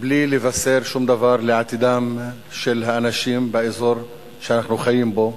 מבלי לבשר שום דבר על עתידם של האנשים באזור שאנחנו חיים בו,